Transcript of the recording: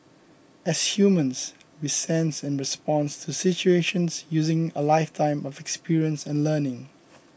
as humans we sense and respond to situations using a lifetime of experience and learning